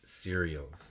cereals